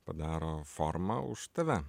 padaro formą už tave